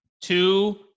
two